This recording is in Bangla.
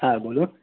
হ্যাঁ বলুন